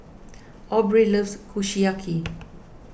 Aubrie loves Kushiyaki